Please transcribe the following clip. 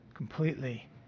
completely